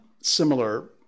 similar